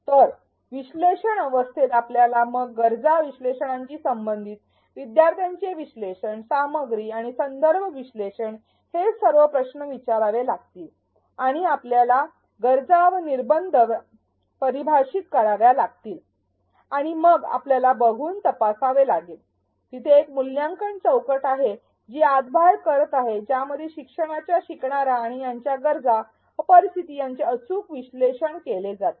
तर विश्लेषण अवस्थेत आपल्याला मग गरजा विश्लेषणाशी संबंधित विद्यार्थ्यांचे विश्लेषण सामग्री आणि संदर्भ विश्लेषण हे सर्व प्रश्न विचारावे लागतील आणि आपल्याला गरजा व निर्बंध व्याख्या परिभाषित कराव्या लागतील आणि आणि मग आपल्याला बघून तपासावे लागेल तिथे एक मूल्यांकन चौकट आहे जी आत बाहेर करत आहे ज्यामध्ये शिक्षणाच्या आणि शिकणार यांच्या गरजा व परिस्थिती यांचे अचूक विश्लेषण केले जाते